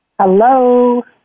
Hello